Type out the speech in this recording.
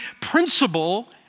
principle